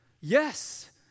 Yes